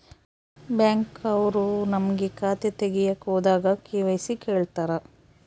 Bank ಅವ್ರು ನಮ್ಗೆ ಖಾತೆ ತಗಿಯಕ್ ಹೋದಾಗ ಕೆ.ವೈ.ಸಿ ಕೇಳ್ತಾರಾ?